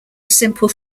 simple